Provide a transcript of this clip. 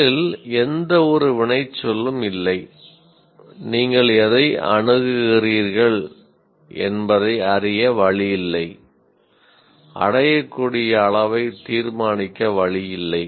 முதலில் எந்தவொரு வினைச்சொல்லும் இல்லை நீங்கள் எதை அணுகுகிறீர்கள் என்பதை அறிய வழி இல்லை அடையக்கூடிய அளவை தீர்மானிக்க வழி இல்லை